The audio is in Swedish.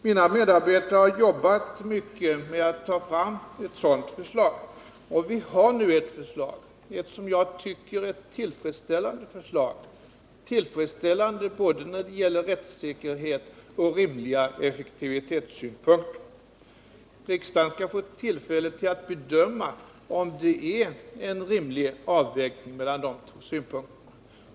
Mina medarbetare har jobbat mycket med att ta fram ett sådant förslag, och vi har nu ett som jag tycker tillfredsställande förslag, tillfredsställande från både rättssäkerhetssynpunkt och rimliga effektivitetssynpunkter. Riksdagen skall få tillfälle att bedöma om det är en rimlig avvägning mellan dessa båda synpunkter.